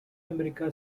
america